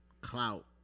clout